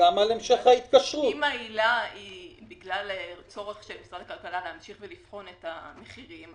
אם העילה היא בגלל צורך של משרד הכלכלה להמשיך לבחון את המחירים,